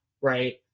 right